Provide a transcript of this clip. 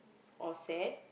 or sad